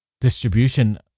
distribution